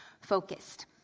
focused